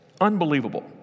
Unbelievable